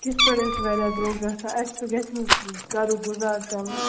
کِتھ پٲٹھۍ حظ چھُ واریاہ دُرٛوگ گَژھان اسہِ تہٕ گَژھِہ نَہ حظ گَھرُک گُزار چَلُن